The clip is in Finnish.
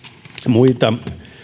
muita